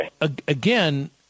again